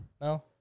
No